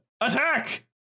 Attack